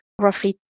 roughly